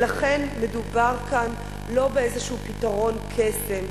לכן מדובר כאן לא באיזשהו פתרון קסם.